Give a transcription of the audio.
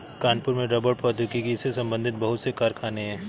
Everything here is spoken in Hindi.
कानपुर में रबड़ प्रौद्योगिकी से संबंधित बहुत से कारखाने है